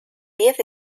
diez